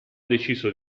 deciso